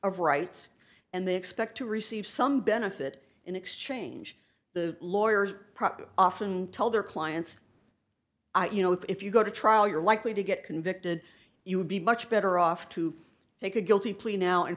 of rights and they expect to receive some benefit in exchange the lawyers probably often tell their clients you know if you go to trial you're likely to get convicted you would be much better off to take a guilty plea now and